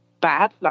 bad